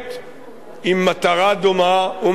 עם מטרה דומה ומשמעות דומה: